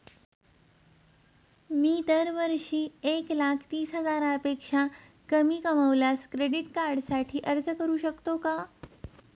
मी दरवर्षी एक लाख तीस हजारापेक्षा कमी कमावल्यास क्रेडिट कार्डसाठी अर्ज करू शकतो का?